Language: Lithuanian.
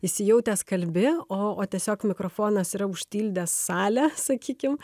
įsijautęs kalbi o o tiesiog mikrofonas yra užpildęs salę sakykim